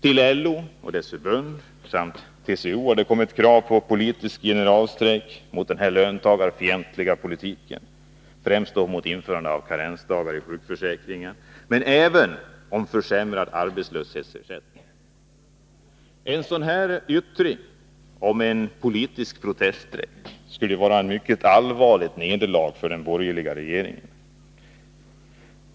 Till LO och dess förbund samt till TCO har kommit krav på politisk generalstrejk mot den löntagarfientliga politiken, främst mot införandet av karensdagar inom sjukförsäkringen men även mot försämrad arbetslöshetsersättning. En politisk proteststrejk skulle utgöra ett mycket allvarligt nederlag för den borgerliga regeringen.